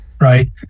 right